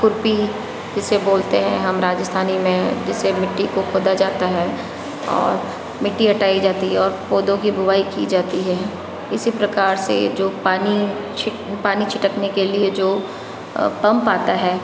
खुरपी जिसे बोलते है हम राजस्थानी में जिससे मिट्टी को खोदा जाता है और मिट्टी हटाई जाती है और पौधो की बुआई की जाती है इसी प्रकार से जो पानी छिट पानी छिटकने के लिए जो पंप आता है